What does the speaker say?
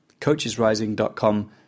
coachesrising.com